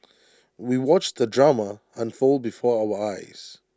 we watched the drama unfold before our eyes